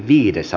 asia